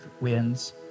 wins